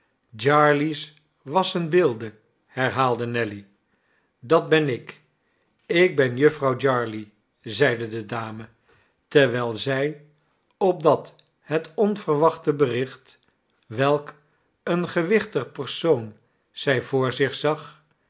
jarley's wassen beelden herhaalde nelly dat ben ik ik ben jufvrouw jarley zeide de dame terwijl zij opdat het onverwachte bericht welk een gewichtig persoon zij voor zich zag